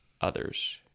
others